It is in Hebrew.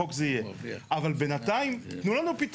אתם צריכים להיות מובילים בעניין הזה יחד עם מנהל התכנון.